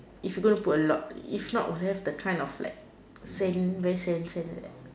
if you gonna put a lot if not will have that like sand very like sand sand like that